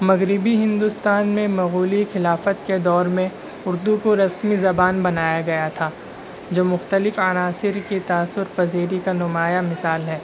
مغربی ہندوستان میں مغولی خلافت کے دور میں اردو کو رسمی زبان بنایا گيا تھا جو مختلف عناصر كى تأثرپذيرى كا نماياں مثال ہے